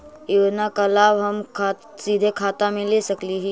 योजना का लाभ का हम सीधे खाता में ले सकली ही?